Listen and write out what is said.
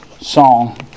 song